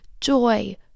joy